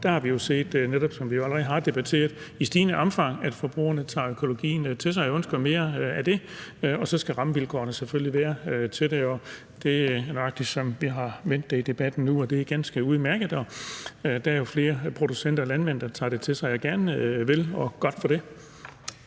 der har vi jo set, netop som vi allerede har debatteret, at forbrugerne i stigende omfang tager økologien til sig og ønsker mere af det, og så skal rammevilkårene selvfølgelig være til det. Det er nøjagtig på den måde, som vi har vendt det i debatten lige nu, og det er ganske udmærket. Der er jo flere producenter og landmænd, der tager det til sig og gerne vil – og godt for det.